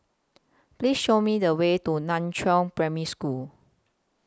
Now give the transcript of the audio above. Please Show Me The Way to NAN Chiau Primary School